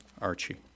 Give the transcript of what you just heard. Archie